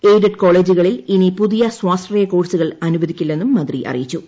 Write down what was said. aided കോളേജുകളിൽ ഇനി പുതിയ് സ്വാശ്രയ കോഴ്സുകൾ അനുവദിക്കില്ലെന്നും മന്ത്രി അ്റിയിച്ചു